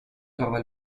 trova